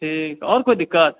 ठीक आओर कोइ दिक्कत